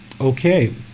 Okay